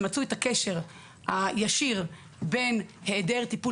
שמצאו את הקשר הישיר בין היעדר טיפול